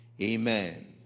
Amen